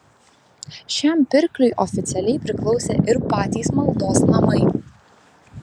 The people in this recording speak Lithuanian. šiam pirkliui oficialiai priklausė ir patys maldos namai